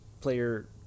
player